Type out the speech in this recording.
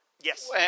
Yes